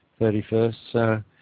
31st